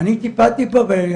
אני טיפלתי בו.